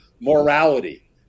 morality